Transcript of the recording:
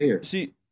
see